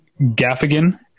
Gaffigan